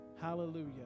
Hallelujah